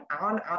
on